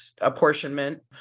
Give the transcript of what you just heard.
apportionment